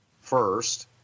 first